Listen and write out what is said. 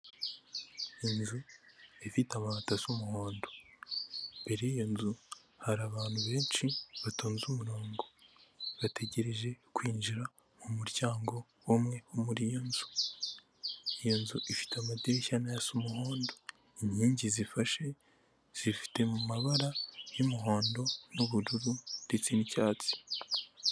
Inzu ifite amabata asa umuhondo, imbere yiyo nzu hari abantu benshi batonze umurongo, bategereje kwinjira mu muryango umwe muri iyo nzu. Iyo nzu ifite amadirishya na yo asa umuhondo, inkingi zifashe zifite amabara y'umuhondo, n'ubururu, ndetse n'icyatsi